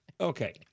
Okay